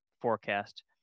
forecast